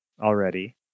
already